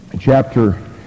chapter